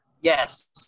Yes